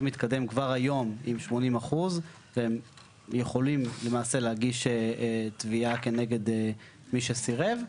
מתקדם כבר היום עם 80% והם יכולים למעשה להגיש תביעה כנגד מי שסירב.